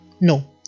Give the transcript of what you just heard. No